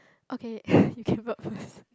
okay you can burp first